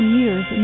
years